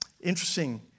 Interesting